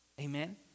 Amen